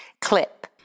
clip